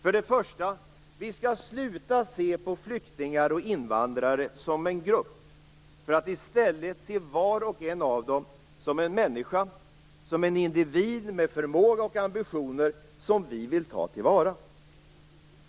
För det första: Vi skall sluta att se på flyktingar och invandrare som en grupp, för att i stället se var och en av dem som en människa, som en individ med förmåga och ambitioner som vi vill ta till vara.